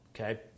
okay